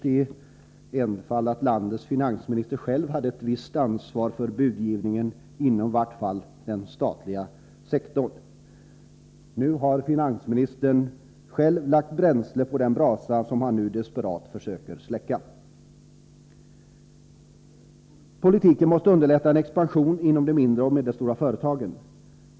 i min enfald att landets finansminister själv hade ett visst ansvar för budgivningen inom i vart fall den statliga sektorn. Finansministern har själv lagt bränsle på den brasa som han nu desperat försöker släcka. Politiken måste underlätta en expansion inom de mindre och medelstora företagen.